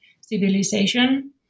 civilization